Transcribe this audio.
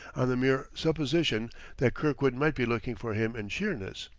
on the mere supposition that kirkwood might be looking for him in sheerness?